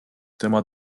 tema